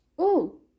Oh